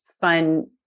fun